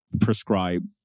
prescribe